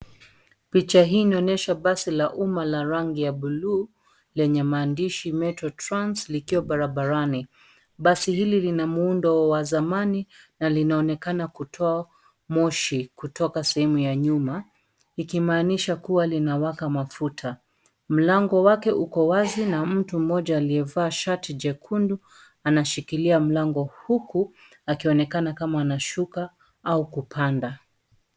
Picha hii inaonyesha basi la umma la rangi ya buluu lenye maandishi [Metro Trans] likiwa barabarani. Basi hili lina muundo wa zamani na linaonekana kutoa moshi kutoka sehemu ya nyuma, ikimaanisha kuwa linawaka mafuta. Mlango wake uko wazi na mtu mmoja aliyevaa shati jekundu anashikilia mlango huku akionenakana kama anashuka au kupanda.